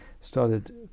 started